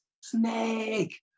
snake